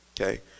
okay